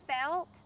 felt